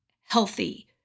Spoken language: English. healthy